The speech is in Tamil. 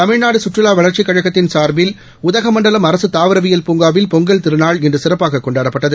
தமிழ்நாடு சுற்றுலா வளர்ச்சிக் கழகத்தின் சார்பில் உதகமண்டலம் அரசு தாவரவியல் பூங்காவில் பொங்கல் திருநாள் இன்று சிறப்பாக கொண்டாடப்பட்டது